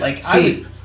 See